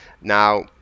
Now